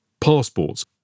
passports